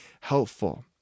helpful